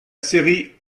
série